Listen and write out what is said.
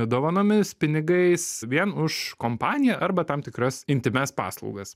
dovanomis pinigais vien už kompaniją arba tam tikras intymias paslaugas